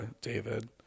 David